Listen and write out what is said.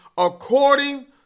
According